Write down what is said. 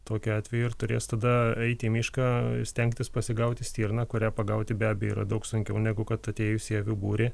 tokiu atveju ir turės tada eiti į mišką ir stengtis pasigauti stirną kurią pagauti be abejo yra daug sunkiau negu kad atėjus į avių būrį